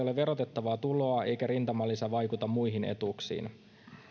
ole verotettavaa tuloa eikä rintamalisä vaikuta muihin etuuksiin